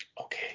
okay